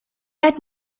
had